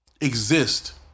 Exist